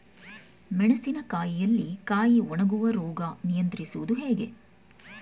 ಮೆಣಸಿನ ಕಾಯಿಯಲ್ಲಿ ಕಾಯಿ ಒಣಗುವ ರೋಗ ನಿಯಂತ್ರಿಸುವುದು ಹೇಗೆ?